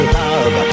love